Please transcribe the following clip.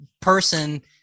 person